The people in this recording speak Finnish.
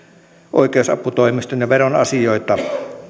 oikeusaputoimiston ja veron asioita